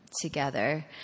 together